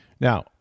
Now